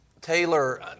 Taylor